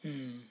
mm